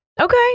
Okay